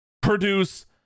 produce